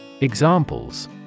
Examples